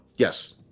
Yes